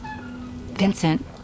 Vincent